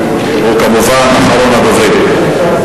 כמובן, אחרון הדוברים.